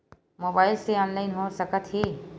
Mobile से online हो सकत हे?